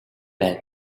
байна